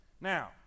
Now